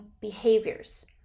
behaviors